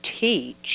teach